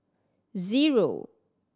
zero